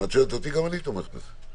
אם את שואלת אותי, גם אני תומך בזה.